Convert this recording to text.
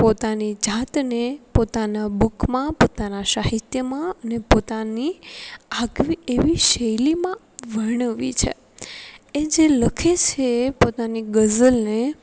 પોતાની જાતને પોતાના બુકમાં પોતાના સાહિત્યમાં અને પોતાની આગવી એવી શૈલીમાં વર્ણવી છે એ જે લખે છે પોતાની ગઝલને